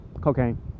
cocaine